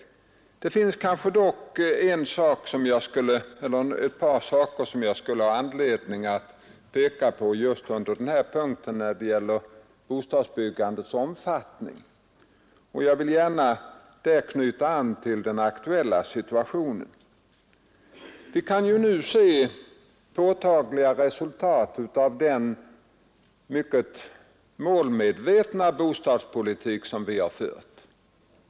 Det finns kanske dock ett par saker som jag skulle vilja peka på just under denna punkt när det gäller bostadsbyggandets omfattning. Jag vill då gärna anknyta till den aktuella situationen. Vi kan nu se påtagliga resultat av den mycket målmedvetna bostadspolitik som vi har fört.